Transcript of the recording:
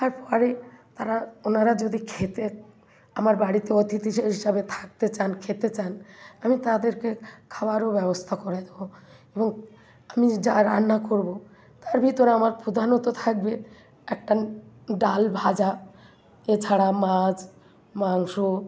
তারপরে তারা ওনারা যদি খেতে আমার বাড়িতে অতিথি হিসাবে থাকতে চান খেতে চান আমি তাদেরকে খাওয়ারও ব্যবস্থা করে দেব এবং আমি যা রান্না করব তার ভিতরে আমার প্রধানত থাকবে একটা ডাল ভাজা এছাড়া মাছ মাংস